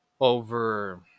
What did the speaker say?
over